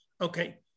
Okay